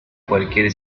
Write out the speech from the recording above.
cualquier